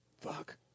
Fuck